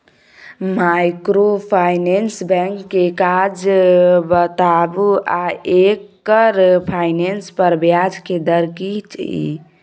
Microfinance bank के काज बताबू आ एकर फाइनेंस पर ब्याज के दर की इ?